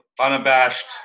unabashed